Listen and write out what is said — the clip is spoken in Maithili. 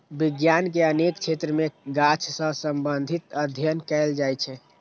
विज्ञान के अनेक क्षेत्र मे गाछ सं संबंधित अध्ययन कैल जाइ छै